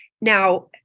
Now